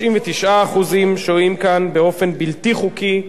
99% שוהים כאן באופן בלתי חוקי,